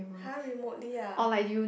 !huh! remotely ah